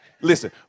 Listen